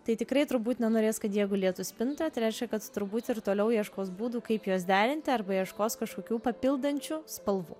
tai tikrai turbūt nenorės kad jie gulėtų spintoje tai reiškia kad turbūt ir toliau ieškos būdų kaip juos derinti arba ieškos kažkokių papildančių spalvų